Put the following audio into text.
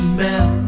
bell